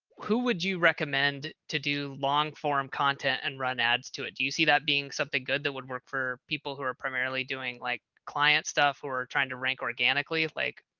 who would you recommend to do long form content and run ads to it? do you see that being something good, that would work for people who are primarily doing like client stuff? or trying to rank organically? like,